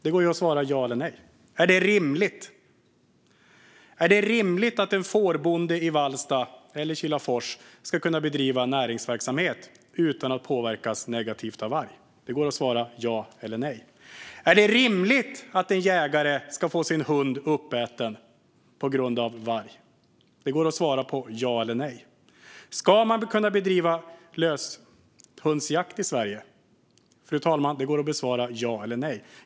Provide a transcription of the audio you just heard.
Det går ju att besvara med ja eller nej. Är det rimligt att en fårbonde i Vallsta eller Kilafors ska kunna bedriva näringsverksamhet utan att påverkas negativt av varg? Det går att besvara med ja eller nej. Är det rimligt att en jägare ska få sin hund uppäten av varg? Det går att besvara med ja eller nej. Ska man kunna bedriva löshundsjakt i Sverige? Fru talman, det går att besvara med ja eller nej.